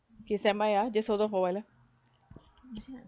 okay standby ah just hold on for a while ah